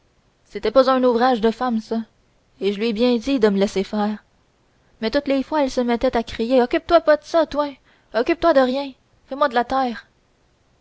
c'était pas un ouvrage de femme ça et je lui ai bien dit de me laisser faire mais toutes les fois elle se mettait à crier occupe-toi pas de ça toi occupe-toi de rien fais-moi de la terre